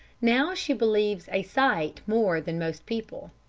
now she believes a sight more than most people.